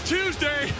Tuesday